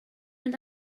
mynd